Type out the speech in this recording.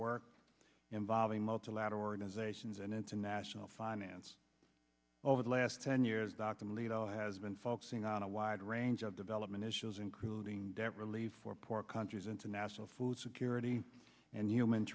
work involving multilateral organizations and international finance over the last ten years documenting it all has been focusing on a wide range of development issues including debt relief for poor countries international food security and human